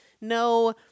no